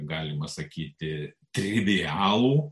galima sakyti trivialų